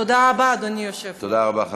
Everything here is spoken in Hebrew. תודה רבה, אדוני היושב-ראש.